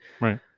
Right